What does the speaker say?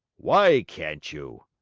why can't you?